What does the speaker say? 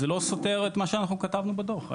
זה לא סותר את מה שאנחנו כתבנו בדוח.